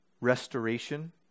restoration